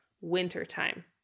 wintertime